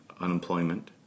unemployment